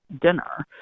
dinner